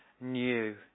new